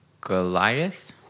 Goliath